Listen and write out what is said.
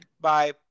Bye